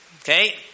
Okay